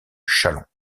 châlons